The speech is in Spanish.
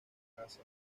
pasa